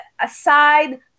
aside